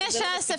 לפני ש"ס,